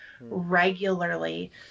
regularly